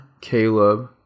Caleb